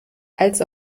als